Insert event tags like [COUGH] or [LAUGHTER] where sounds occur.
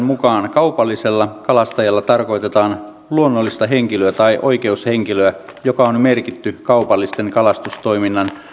[UNINTELLIGIBLE] mukaan kaupallisella kalastajalla tarkoitetaan luonnollista henkilöä tai oikeushenkilöä joka on merkitty kaupallisen kalastustoiminnan